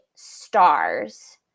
stars